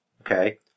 Okay